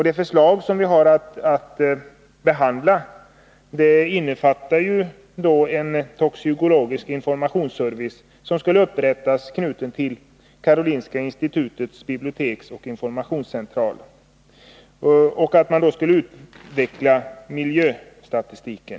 Det förslag som vi har behandlat innefattar ju upprättandet av en toxikologisk informationsservice, knuten till Karolinska institutets bibliotek och informationscentral. Vidare har det föreslagits en fortsatt utveckling av miljöstatistiken.